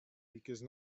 because